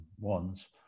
ones